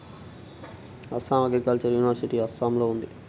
Assam agricultural university అస్సాంలో ఉంది